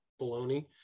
baloney